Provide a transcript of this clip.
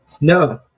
No